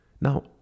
Now